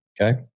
Okay